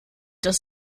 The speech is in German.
das